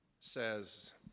says